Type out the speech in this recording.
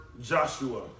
Joshua